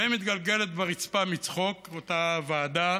ומתגלגלת על הרצפה מצחוק, אותה ועדה